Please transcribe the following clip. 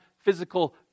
physical